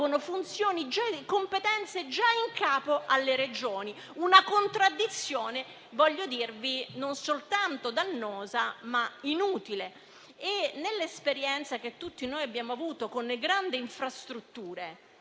tolgono funzioni e competenze già in capo alle Regioni. È una contraddizione - voglio dirvi - non soltanto dannosa, ma anche inutile. Nell'esperienza che tutti noi abbiamo avuto con le grandi infrastrutture